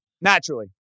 Naturally